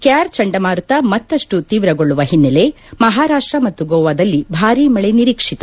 char ಚಂಡಮಾರುತ ಮತ್ತಷ್ಟು ತೀವ್ರಗೊಳ್ಳುವ ಹಿನ್ನೆಲೆ ಮಹಾರಾಷ್ಟ ಮತ್ತು ಗೋವಾದಲ್ಲಿ ಭಾರೀ ಮಳೆ ನಿರೀಕ್ವಿತ